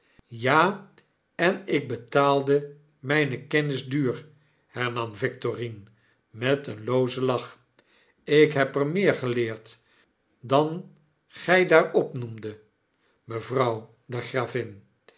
ja en ik betaalde mijne kennis duur hertm nam victorine met een loozen lach jk heb er meer geleerd dan gy daar opnoemdet mevrouw de gravin